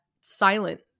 silent